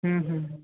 হুম হুম হুম